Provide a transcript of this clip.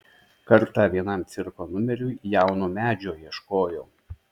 kartą vienam cirko numeriui jauno medžio ieškojau